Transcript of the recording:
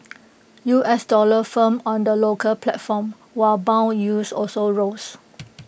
U S dollar firmed on the local platform while Bond yields also rose